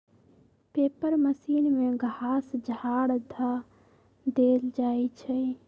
paper machine में घास झाड़ ध देल जाइ छइ